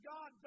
God